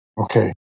Okay